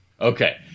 Okay